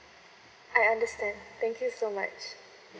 I understand thank you so much